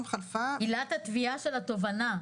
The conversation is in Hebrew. עילת התביעה של התובענה.